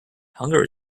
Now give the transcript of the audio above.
hunger